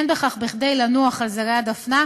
אין בכך כדי לנוח על זרי הדפנה,